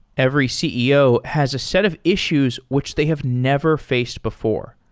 every ceo has a set of issues which they have never faced before.